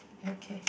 okay